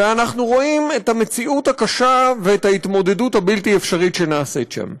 ואנחנו רואים את המציאות הקשה ואת ההתמודדות הבלתי-אפשרית שנעשית שם.